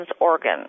organ